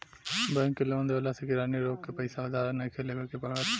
bank के loan देवला से किरानी लोग के पईसा उधार नइखे लेवे के पड़त